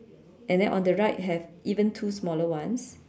and then on the right have even two smaller ones